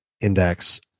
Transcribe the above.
index